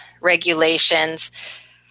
regulations